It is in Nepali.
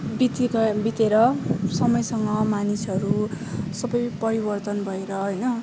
बितेर समयसँग मानिसहरू सबै परिवर्तन भएर होइन